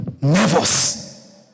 nervous